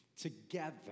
Together